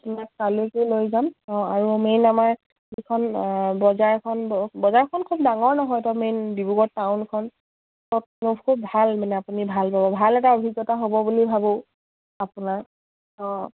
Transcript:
আপোনাক তালৈকে লৈ যাম অঁ আৰু মেইন আমাৰ যিখন বজাৰখন বজাৰখন খুব ডাঙৰ নহয় ত' মেইন ডিব্ৰুগড় টাউনখন ত' খুব ভাল মানে আপুনি ভাল পাব ভাল এটা অভিজ্ঞতা হ'ব বুলি ভাবোঁ আপোনাৰ অঁ